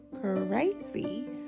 crazy